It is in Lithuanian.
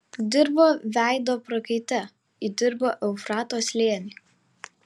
dirbo veido prakaite įdirbo eufrato slėnį